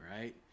right